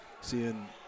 seeing